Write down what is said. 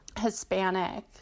Hispanic